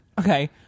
okay